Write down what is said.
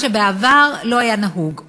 מה שלא היה נהוג בעבר.